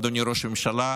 אדוני ראש הממשלה,